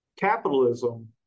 capitalism